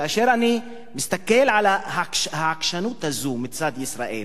כאשר אני מסתכל על העקשנות הזאת מצד ישראל